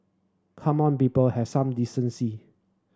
come on people have some decency